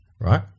Right